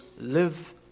live